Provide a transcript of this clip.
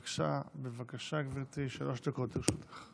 בבקשה, גברתי, שלוש דקות לרשותך.